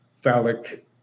phallic